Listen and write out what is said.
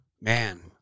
man